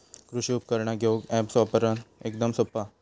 कृषि उपकरणा घेऊक अॅप्स वापरना एकदम सोप्पा हा